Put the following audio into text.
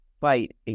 fight